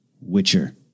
Witcher